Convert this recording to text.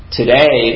today